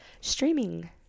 streaming